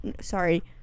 Sorry